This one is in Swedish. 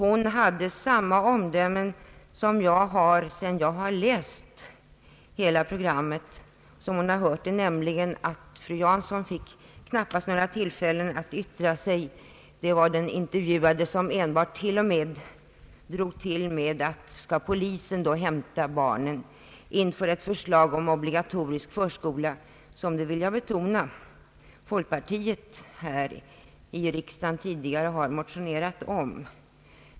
Hon hade samma omdöme som jag sedan jag läst hela programmet, nämligen att fru Barbro Jansson knappast fick några tillfällen alls att yttra sig. Det var den intervjuande som mest yttrade sig och som till och med drog till med sådana uttryck som att »skall polisen då hämta barnen» inför det förslag om obligatorisk förskola som — det vill jag betona — folkpartiet här i riksdagen tidigare har motionerat om.